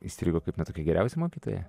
įstrigo kaip na tokia geriausia mokytoja